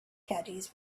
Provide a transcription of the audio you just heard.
caddies